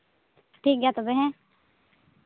ᱴᱷᱤᱠ ᱜᱮᱭᱟ ᱛᱚᱵᱮ ᱦᱮᱸ